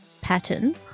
pattern